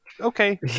okay